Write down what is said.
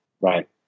Right